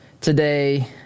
today